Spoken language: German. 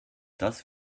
das